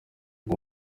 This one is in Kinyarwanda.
ngo